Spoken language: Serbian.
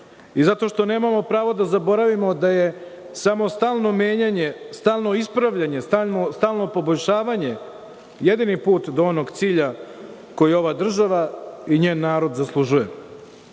i zato što nemamo pravo da zaboravimo da je samo stalno menjanje, stalno ispravljanje, stalno poboljšavanje, jedini put do onog cilja koji ova država i njen narod zaslužuje.